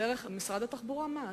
דרך משרד התחבורה, מע"צ.